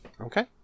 Okay